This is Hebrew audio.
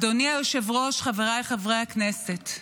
אדוני היושב-ראש, חבריי חברי הכנסת,